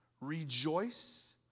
rejoice